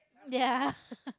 ya